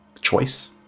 choice